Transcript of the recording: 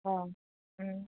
অঁ